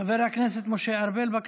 חבר הכנסת משה ארבל, בבקשה.